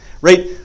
right